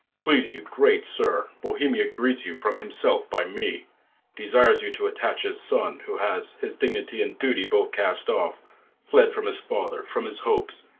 please you, great sir, bohemia greets you from himself by me desires you to attach his son, who has his dignity and duty both cast off fled from his father, from his hopes,